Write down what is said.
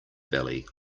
belly